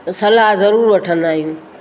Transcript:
सलाह ज़रूरु वठंदा आहियूं